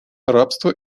рабства